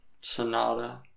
Sonata